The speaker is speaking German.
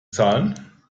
zahlen